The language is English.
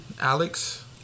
Alex